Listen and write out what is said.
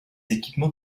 équipements